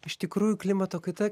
iš tikrųjų klimato kaita